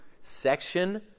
section